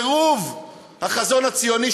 החרבת החזון הציוני,